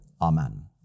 amen